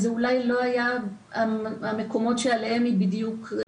זה אולי לא היה המקומות עליהם היא חשבה,